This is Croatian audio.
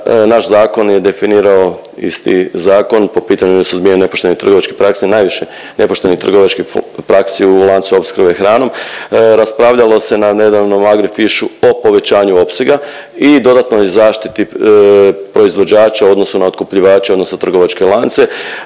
naš zakon je definirao, isti zakon po pitanju suzbijanja nepoštenih trgovačkih najviše nepoštenih trgovačkih praksi u lancu opskrbe hranom. Raspravljamo se na nedavnom AGRIFISH-u o povećanju opsega i dodatnoj zaštiti proizvođača odnosno na otkupljivače odnosno trgovačke lance.